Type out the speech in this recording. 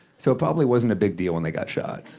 so it probably wasn't a big deal when they got shot.